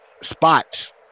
spots